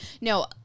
No